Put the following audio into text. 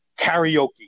Karaoke